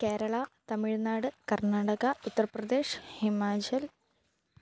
Keralam Tamil Nadu Karnataka Uttar Pradesh Himachal